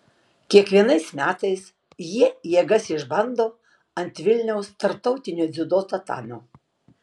kiekvienais metais jie jėgas išbando ant vilniaus tarptautinio dziudo tatamio